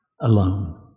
alone